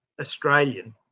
Australian